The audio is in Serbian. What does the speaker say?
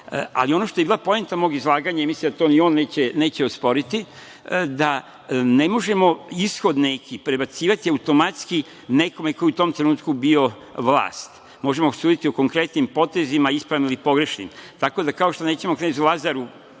Ali, ono što je bila poenta mog izlaganja i mislim da to ni on neće osporiti, jeste da ne možemo ishod neki prebacivati automatski nekome ko je u tom trenutku bio vlast. Možemo suditi o konkretnim potezima, ispravnim ili pogrešnim. Tako da, kao što nećemo knezu Lazaru